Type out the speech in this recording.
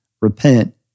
repent